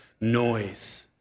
noise